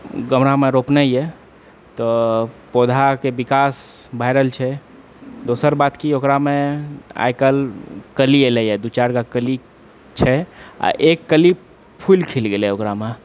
गमलामे रोपने यऽ तऽ पौधाके विकास भए रहल छै दोसर बात कि ओकरामे आइ काल्हि कली एलैए दू चारि गा कली छै आ एक कली फूल खिल गेलै ओकरामे